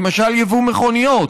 למשל יבוא מכוניות.